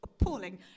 appalling